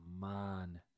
man